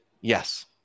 Yes